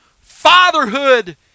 Fatherhood